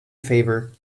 favor